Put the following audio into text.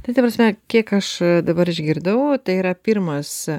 tai ta prasme kiek aš dabar išgirdau tai yra pirmas